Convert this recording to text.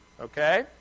Okay